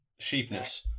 sheepness